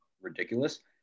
ridiculous